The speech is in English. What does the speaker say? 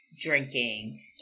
drinking